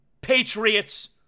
Patriots